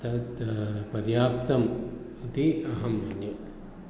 तद् पर्याप्तम् इति अहं मन्ये